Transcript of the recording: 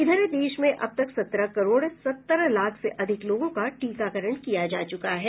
इधर देश में अब तक सत्रह करोड़ सत्तर लाख से अधिक लोगों का टीकाकरण किया जा चुका है